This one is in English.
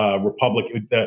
Republican